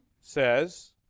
says